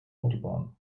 autobahn